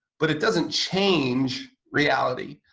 but it doesn't change reality.